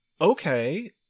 okay